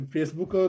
Facebook